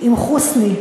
עם חוסני.